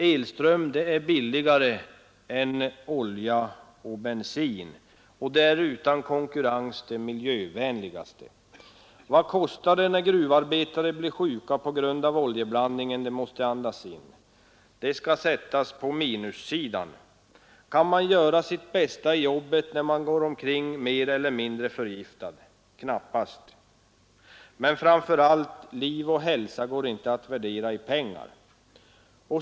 Elström är billigare än olja och bensin och är utan konkurrens det miljövänligaste. Vad kostar det när gruvarbetare blir sjuka på grund av oljeblandningen de måste andas in? Det skall sättas på minussidan. Kan man göra sitt bästa i jobbet när man går omkring mer eller mindre förgiftad? Knappast! Men framför allt går liv och hälsa inte att värdera i pengar.